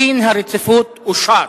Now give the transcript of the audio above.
דין הרציפות אושר.